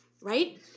right